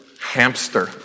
hamster